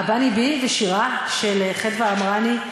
"אבניבי" ושירה של חדווה עמרני,